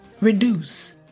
Reduce